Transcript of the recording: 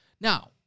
Now